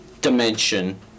dimension